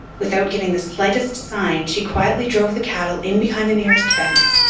without giving the slightest sign she quietly drove the cattle in behind the nearest fence,